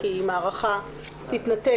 כי אם ההארכה תתנתק,